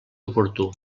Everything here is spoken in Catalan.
oportú